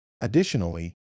Additionally